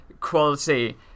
quality